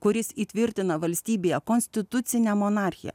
kuris įtvirtina valstybėje konstitucinę monarchiją